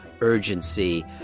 urgency